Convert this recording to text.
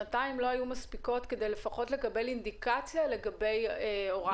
שנתיים לא היו מספיקות כדי לקבל אינדיקציה לגבי הוראת